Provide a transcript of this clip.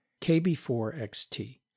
KB4XT